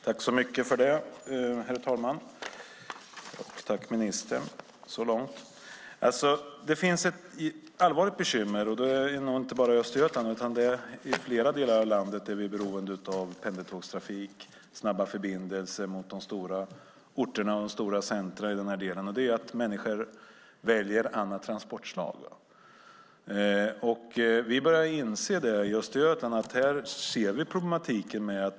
Herr talman! Tack, ministern, så långt! Det finns ett allvarligt bekymmer, och det gäller nog inte bara Östergötland. I flera delar av landet är vi beroende av pendeltågstrafik och snabba förbindelser till de stora orterna och de stora centrumen. Problemet är att människor väljer andra transportslag. Vi börjar inse det i Östergötland. Här ser vi problematiken.